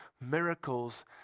Miracles